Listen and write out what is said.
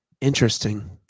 Interesting